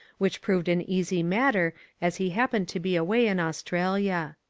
which proved an easy matter as he happened to be away in australia.